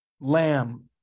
Lamb